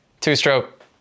Two-stroke